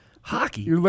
Hockey